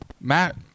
Matt